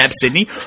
Sydney